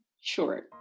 Sure